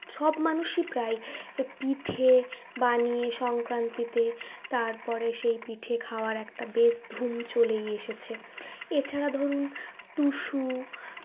সব মানুষই প্রায় পিঠে বানিয়ে সংক্রান্তিতে তারপরে সেই পিঠে খাওয়ার একটা বেশ ধুম চলেই এসেছে এছাড়া ধরুন টুসু